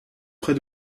près